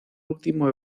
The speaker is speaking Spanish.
último